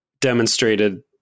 demonstrated